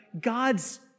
God's